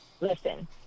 Listen